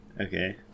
Okay